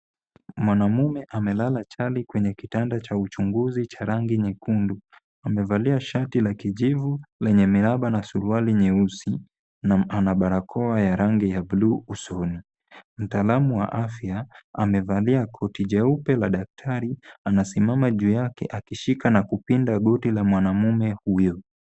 Mwanamume amelala chali kwenye kitanda cha uchunguzi cha rangi nyekundu. Amevalia shati la kijivu lenye miraba na suruali nyeusi na ana barakoa ya rangi ya bluu usoni. Mtaalamu wa afya amevalia koti jeupe la daktari anasimama juu yake akishika na kupinda goti la mwanamume huyo.